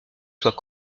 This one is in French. soient